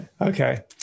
Okay